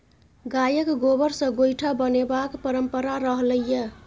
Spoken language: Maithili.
गायक गोबर सँ गोयठा बनेबाक परंपरा रहलै यै